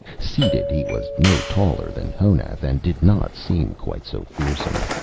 seated, he was no taller than honath, and did not seem quite so fearsome.